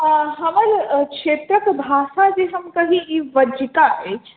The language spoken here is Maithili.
हमर क्षेत्रक भाषा जे हम कही ई बज्जिका अछि